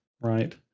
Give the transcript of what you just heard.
right